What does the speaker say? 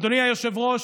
אדוני היושב-ראש,